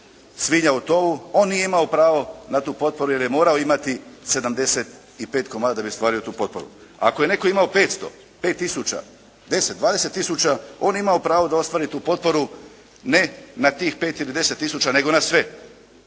svinja u tovu, on nije imao pravo na tu potporu jer je morao imati 75 komada da bi ostvario tu potporu. Ako je netko imao 500, 5 tisuća, 10 tisuća, 20 tisuća, on je imao pravo da ostvari tu potporu, ne na tih 5 ili 10 tisuća nego na sve.